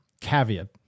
caveat